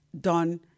done